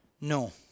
no